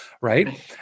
right